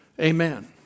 Amen